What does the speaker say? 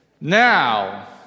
Now